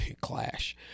Clash